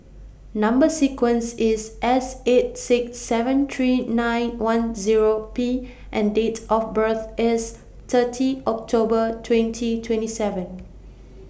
Number sequence IS S eight six seven three nine one Zero P and Date of birth IS thirty October twenty twenty seven